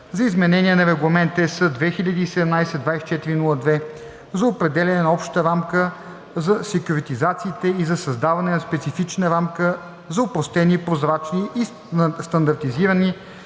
за изменение на Регламент (ЕС) 2017/2402 за определяне на обща рамка за секюритизациите и за създаване на специфична рамка за опростени, прозрачни и стандартизирани